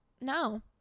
no